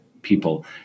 people